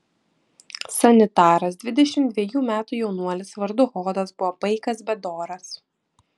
sanitaras dvidešimt dvejų metų jaunuolis vardu hodas buvo paikas bet doras